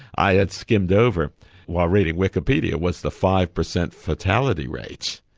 i had skimmed over while reading wikipedia was the five percent fatality rate,